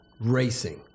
racing